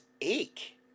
ache